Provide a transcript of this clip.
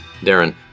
Darren